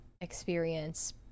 experience